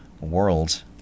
World